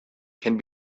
can